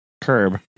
curb